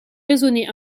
raisonner